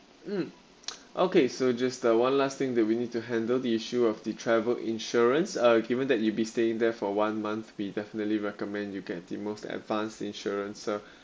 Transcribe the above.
mm okay so just the one last thing that we need to handle the issue of the travel insurance uh given that you be staying there for one month we definitely recommend you get the most advanced insurance so